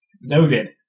Noted